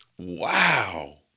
Wow